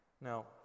Now